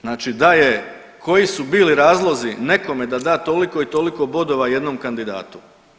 Znači da je, koji su bili razlozi nekom da da toliko i toliko bodova jednom kandidatu.